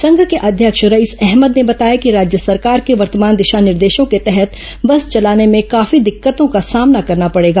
संघ के अध्यक्ष रईस अहमद ने बताया कि राज्य सरकार के वर्तमान दिशा निर्देशों के तहत बस चलाने में काफी दिक्कतों का सामना करना पड़ेगा